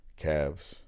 Cavs